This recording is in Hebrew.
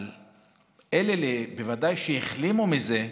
אבל בוודאי שאלה שהחלימו מזה,